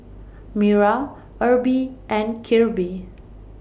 Mira Erby and Kirby